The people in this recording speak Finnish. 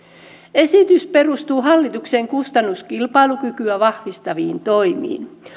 esitys perustuu hallituksen kustannuskilpailukykyä vahvistaviin toimiin